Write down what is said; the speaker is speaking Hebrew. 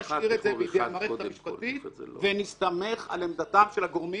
נשאיר את זה בידי המערכת המשפטית ונסתמך על עמדתם של הגורמים